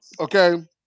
okay